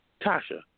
Tasha